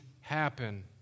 happen